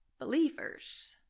believers